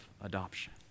adoption